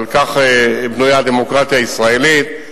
אבל כך בנויה הדמוקרטיה הישראלית: